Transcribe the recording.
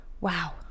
Wow